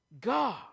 God